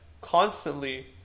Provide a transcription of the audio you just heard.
constantly